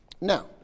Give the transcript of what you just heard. Now